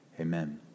Amen